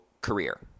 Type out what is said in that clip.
career